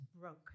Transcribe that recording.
broke